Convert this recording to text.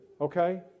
okay